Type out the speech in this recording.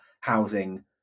housing